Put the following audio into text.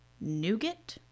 nougat